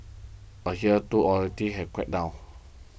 but here too authorities have cracked down